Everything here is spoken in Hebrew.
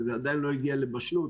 וזה עדיין לא הגיע לבשלות,